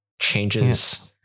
changes